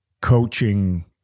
coaching